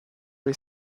les